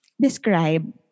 describe